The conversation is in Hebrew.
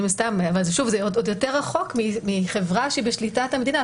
אבל שוב זה עוד יותר רחוק מחברה שהיא בשליטת המדינה.